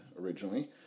originally